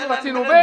אנחנו רצינו ב',